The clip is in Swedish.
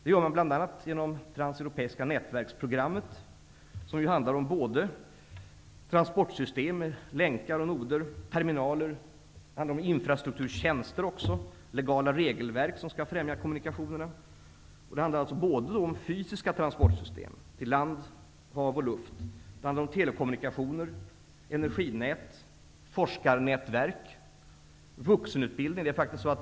Det gör man bl.a. genom Transeuropeiska nätverksprogrammet, som handlar om transportsystem, länkar och noder, terminaler. Det handlar även om infrastrukturtjänster och legala regelverk som skall främja kommunikationerna. Det handlar alltså både om fysiska transporter, till lands, havs och i luft, och om telekommunikation, energinät, forskarnätverk och vuxenutbildning.